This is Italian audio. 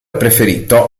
preferito